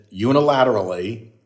unilaterally